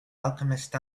alchemist